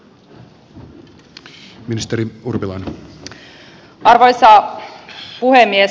arvoisa puhemies